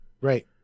Right